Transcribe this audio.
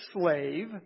slave